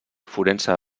forense